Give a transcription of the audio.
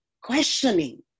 questioning